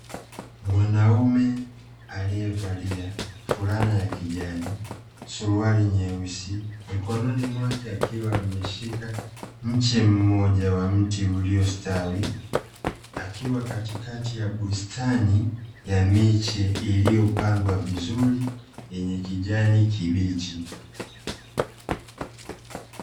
Mwanaume alievalia fulana ya kijani, suruali nyeusi, mkononi mwake akiwa ameshika mche mmoja wa mti uliostawi, akiwa katikati ya bustani ya miche iliyopandwa vizuri, yenye kijani kibichi.